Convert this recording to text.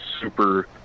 super